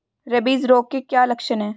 Rabies रोग के क्या लक्षण है?